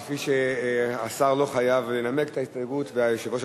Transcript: כפי שהשר לא חייב לנמק את ההסתייגות ויושב-ראש